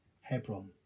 Hebron